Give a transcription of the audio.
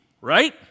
right